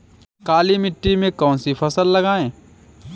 काली मिट्टी में कौन सी फसल लगाएँ?